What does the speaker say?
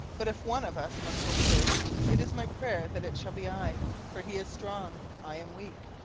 but if one of us must go first, it is my prayer that it shall be i for he is strong, i am weak,